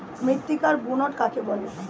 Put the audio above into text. মৃত্তিকার বুনট কাকে বলে?